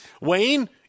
Wayne